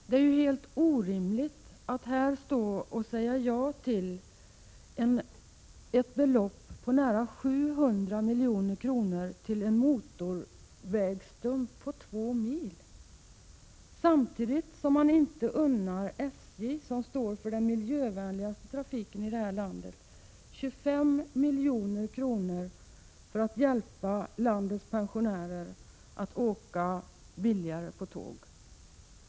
Det är helt orimligt att säga ja till ett belopp på nära 700 milj.kr. till en motorvägsstump på 2 mil, samtidigt som man inte unnar SJ, som står för den miljövänligaste trafiken i detta land, 25 milj.kr. för att hjälpa landets pensionärer att åka billigare på tåg.